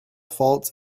faults